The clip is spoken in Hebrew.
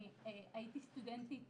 הייתי סטודנטית